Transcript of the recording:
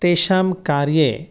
तेषां कार्ये